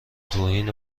توهین